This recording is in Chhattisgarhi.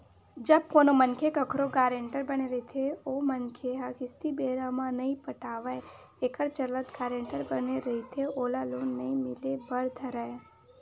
जब कोनो मनखे कखरो गारेंटर बने रहिथे ओ मनखे ह किस्ती बेरा म नइ पटावय एखर चलत गारेंटर बने रहिथे ओला लोन नइ मिले बर धरय